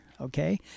Okay